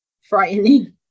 frightening